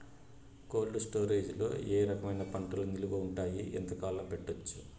Cold storage లో ఏ రకమైన పంటలు నిలువ ఉంటాయి, ఎంతకాలం పెట్టొచ్చు?